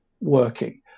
working